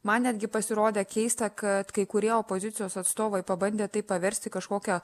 man netgi pasirodė keista kad kai kurie opozicijos atstovai pabandė tai paversti kažkokia